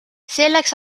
selleks